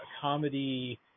comedy